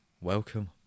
Welcome